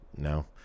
No